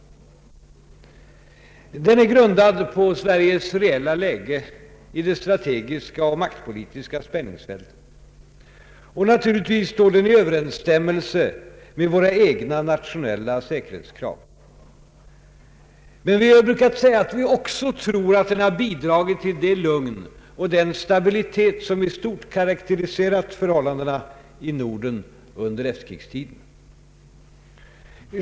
Den är grundad på Sveriges reella läge i det strategiska och maktpolitiska spänningsfältet, och naturligtvis står den i överensstämmelse med våra egna nationella säkerhetskrav. Men vi har brukat säga att vi också tror att den har bidragit till det lugn och den stabilitet som i stort sett karakteriserat förhållandena i Norden under efterkrigstiden.